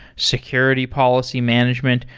security policy management.